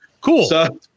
Cool